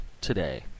today